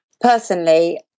Personally